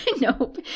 Nope